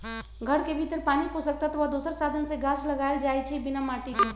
घर के भीतर पानी पोषक तत्व आ दोसर साधन से गाछ लगाएल जाइ छइ बिना माटिके